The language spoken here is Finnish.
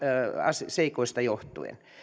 seikoista johtuen